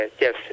yes